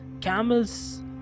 camels